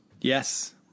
Yes